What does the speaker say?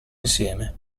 insieme